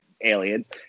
aliens